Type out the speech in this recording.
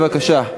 בבקשה.